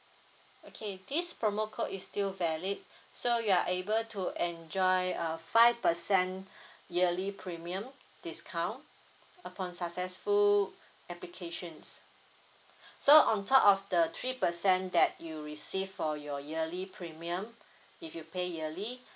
okay this promo code is still valid so you are able to enjoy a five percent yearly premium discount upon successful applications so on top of the three percent that you receive for your yearly premium if you pay yearly